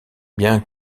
bien